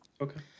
okay